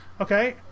okay